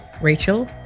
Rachel